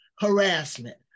harassment